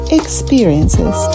experiences